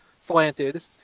slanted